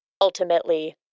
ultimately